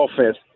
offense